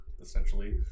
essentially